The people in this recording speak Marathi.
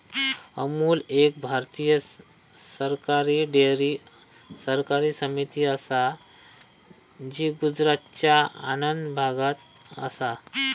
अमूल एक भारतीय सरकारी डेअरी सहकारी समिती असा जी गुजरातच्या आणंद भागात असा